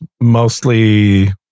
mostly